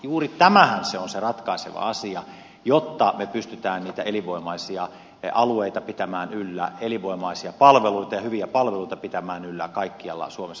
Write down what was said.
juuri tämähän on se ratkaiseva asia jotta me pystymme niitä elinvoimaisia alueita pitämään yllä elinvoimaisia palveluita ja hyviä palveluita pitämään yllä kaikkialla suomessa